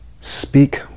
speak